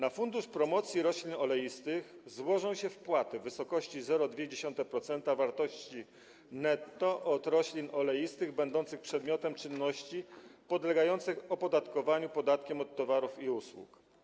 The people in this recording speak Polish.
Na fundusz Promocji Roślin Oleistych złożą się wpłaty w wysokości 0,2% wartości netto od roślin oleistych będących przedmiotem czynności podlegających opodatkowaniu podatkiem od towarów i usług.